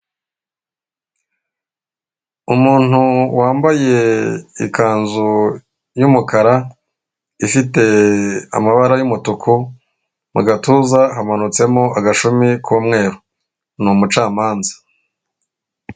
Umuntu wambaye ikanzu y'umukara ifite amabara y'umutuku mu gatuza hamanutsemo agashumi k'umweru ni umucamanza.